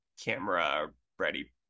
camera-ready